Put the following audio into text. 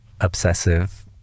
obsessive